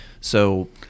So-